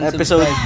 Episode